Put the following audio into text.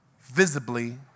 visibly